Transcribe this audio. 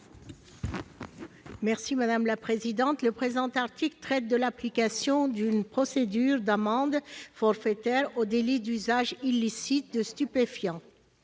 est à Mme Esther Benbassa. Le présent article traite de l'application d'une procédure d'amende forfaitaire au délit d'usage illicite de stupéfiants.